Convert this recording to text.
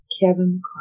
Kevin